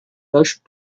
rushed